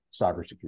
cybersecurity